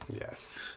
Yes